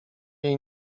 jej